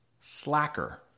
slacker